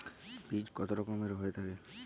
বীজ কত রকমের হয়ে থাকে?